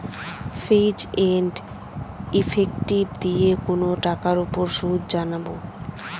ফিচ and effective দিয়ে কোনো টাকার উপর সুদ জানবো